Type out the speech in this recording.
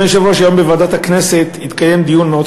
היום התקיים בוועדת הכנסת דיון מאוד